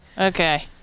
Okay